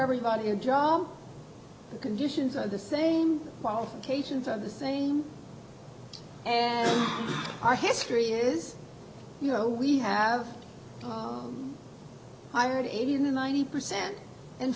everybody a job the conditions are the same qualifications are the same and our history is you know we have hired eighty to ninety percent and